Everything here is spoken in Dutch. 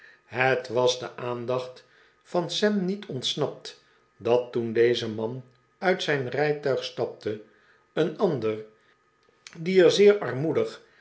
het was de aandacht van sam niet ontsnapt dat toen deze man uit zijn rijtuig stapte een ander die er zeer armoedig